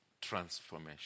transformation